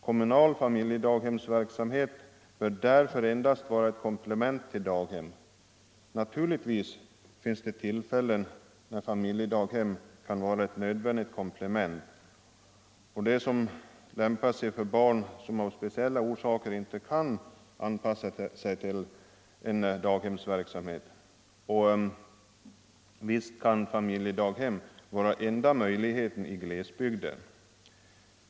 Kommunal familjedaghemsverksamhet bör därför endast vara ett komplement till daghem. Naturligtvis finns det tillfällen när familjedaghem kan vara ett nödvändigt komplement; de lämpar sig för barn som av speciella skäl inte kan anpassa sig till en daghemsverksamhet. Och visst kan familjedaghem vara enda möjligheten i glesbygder.